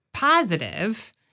positive